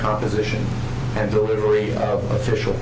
composition and delivery of official